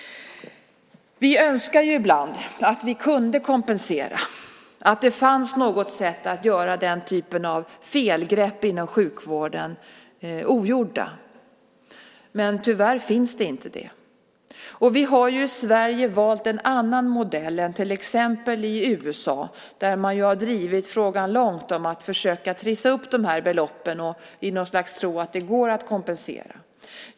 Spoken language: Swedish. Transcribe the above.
Vi önskar ibland att vi kunde kompensera, att det fanns något sätt att göra den typen av felgrepp inom sjukvården ogjorda på. Men tyvärr finns det inte det. Vi har ju i Sverige valt en annan modell än till exempel USA, där man ju har drivit frågan långt om att försöka trissa upp de här beloppen i något slags tro att det går att kompensera.